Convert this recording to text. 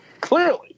clearly